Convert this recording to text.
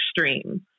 extreme